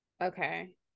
okay